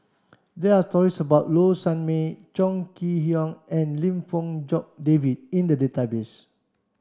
there are stories about Low Sanmay Chong Kee Hiong and Lim Fong Jock David in the database